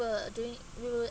were doing we were